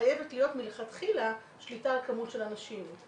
חייבת להיות מלכתחילה שליטה על כמות של אנשים.